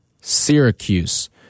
Syracuse